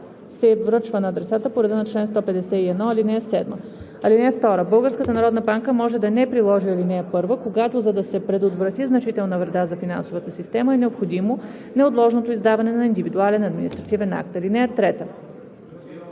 се връчва на адресата по реда на чл. 151, ал. 7. (2) Българската народна банка може да не приложи ал. 1, когато, за да се предотврати значителна вреда за финансовата система, е необходимо неотложното издаване на индивидуален административен акт. (3) Алинеи 1